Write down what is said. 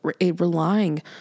relying